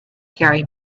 gary